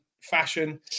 fashion